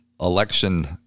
election